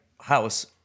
house